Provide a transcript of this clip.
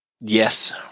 yes